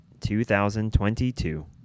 2022